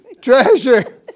Treasure